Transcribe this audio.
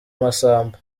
massamba